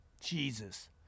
Jesus